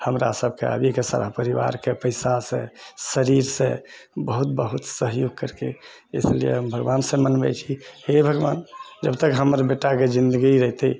हमरा सभके आबिके सारा परिवारके पैसासँ शरीरसँ बहुत बहुत सहयोग करिके इसलिए हम भगबानसँ मनबैत छी कि हे भगवान जब तक हमरा बेटाके जिन्दगी रहतै